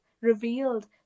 revealed